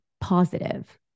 positive